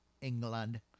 England